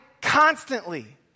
constantly